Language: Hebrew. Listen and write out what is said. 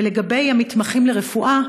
ולגבי המתמחים ברפואה,